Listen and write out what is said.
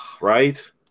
Right